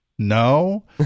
No